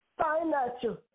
Financial